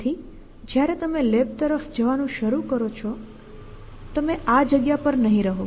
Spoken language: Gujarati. તેથી જયારે તમે લેબ તરફ જવાનું શરૂ કરો છો તમે આ જગ્યા પર નહીં રહો